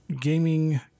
gaming